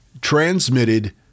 transmitted